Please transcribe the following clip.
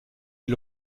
est